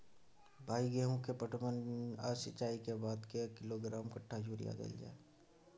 भाई गेहूं के पटवन आ सिंचाई के बाद कैए किलोग्राम कट्ठा यूरिया देल जाय?